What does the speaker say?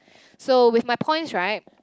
so with my points right